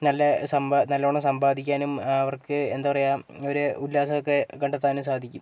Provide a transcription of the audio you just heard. നല്ല സമ്പാ നല്ലോണം സമ്പാദിക്കാനും അവർക്ക് എന്താ പറയാ ഒരു ഉല്ലാസമൊക്കെ കണ്ടെത്താനും സാധിക്കും